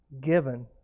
given